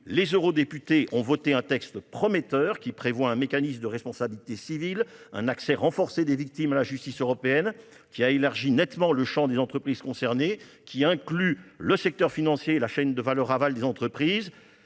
Les eurodéputés ont voté un texte prometteur prévoyant un mécanisme de responsabilité civile et un accès renforcé des victimes à la justice européenne, qui a nettement élargi le champ des entreprises concernées et qui inclut le secteur financier et la chaîne de valeur aval des entreprises.